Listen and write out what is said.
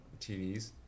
TVs